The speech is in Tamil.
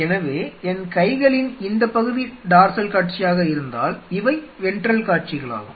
எனவே என் கைகளின் இந்தப் பகுதி டார்சல் காட்சியாக இருந்தால் இவை வென்ட்ரல் காட்சிகளாகும்